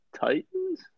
Titans